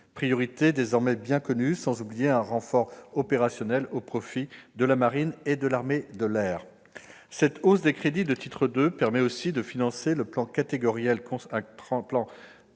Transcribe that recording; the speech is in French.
sont désormais bien connues -, sans oublier un renfort opérationnel au profit de la marine et de l'armée de l'air. Cette hausse des crédits de titre 2 permet, en outre, de financer un plan catégoriel d'envergure,